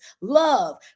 love